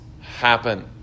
happen